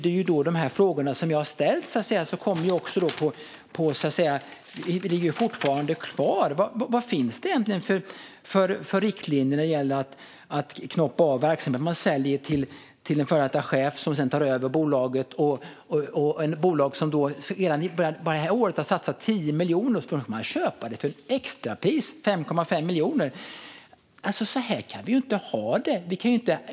De frågor jag har ställt ligger fortfarande kvar: Vad finns det egentligen för riktlinjer när det gäller att knoppa av verksamhet? Här har man sålt till en före detta chef som sedan tog över bolaget, ett bolag där man bara under det här året har satsat 10 miljoner, och man sålde det till extrapris, 5,5 miljoner. Så kan vi ju inte ha det!